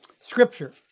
scripture